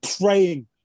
praying